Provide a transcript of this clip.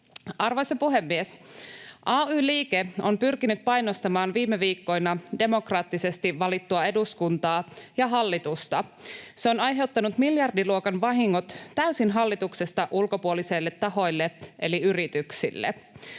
Arvoisa puhemies! Ay-liike on pyrkinyt painostamaan viime viikkoina demokraattisesti valittua eduskuntaa ja hallitusta. Se on aiheuttanut miljardiluokan vahingot täysin hallituksesta ulkopuolisille tahoille eli yrityksille.